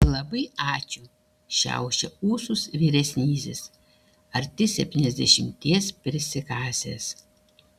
labai ačiū šiaušia ūsus vyresnysis arti septyniasdešimties prisikasęs